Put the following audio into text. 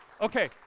Okay